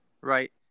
right